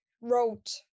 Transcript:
wrote